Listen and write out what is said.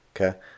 Okay